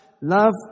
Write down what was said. Love